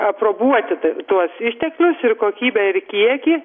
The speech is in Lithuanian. aprobuoti tuos išteklius ir kokybę ir kiekį